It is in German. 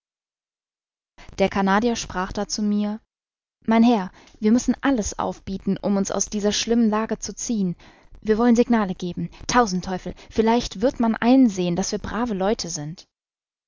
der canadier sprach da zu mir mein herr wir müssen alles aufbieten um uns aus dieser schlimmen lage zu ziehen wir wollen signale geben tausend teufel vielleicht wird man einsehen daß wir brave leute sind